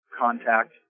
contact